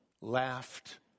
laughed